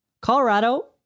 Colorado